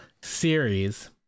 series